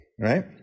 right